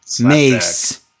Mace